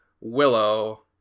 Willow